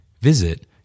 Visit